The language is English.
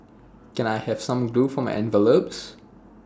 can I have some glue for my envelopes